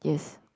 yes